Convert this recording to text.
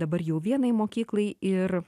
dabar jau vienai mokyklai ir